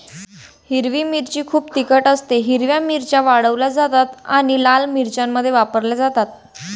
हिरवी मिरची खूप तिखट असतेः हिरव्या मिरच्या वाळवल्या जातात आणि लाल मिरच्यांमध्ये वापरल्या जातात